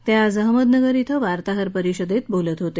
ते आज अहमदनगर थें वार्ताहर परिषदेत बोलत होते